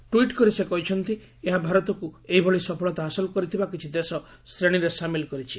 tweet କରି ସେ କହିଛନ୍ତି ଏହା ଭାରତକୁ ଏହିଭଳି ସଫଳତା ହାସଲ କରିଥିବା କିଛି ଦେଶ ଶ୍ରେଣୀରେ ସାମିଲ୍ କରିଛି